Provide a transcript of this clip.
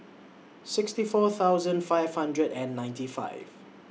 sixty four thousand five hundred and ninety five